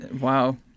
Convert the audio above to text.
wow